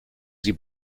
sie